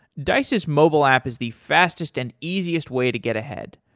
dice's mobile app is the fastest and easiest way to get ahead.